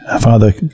Father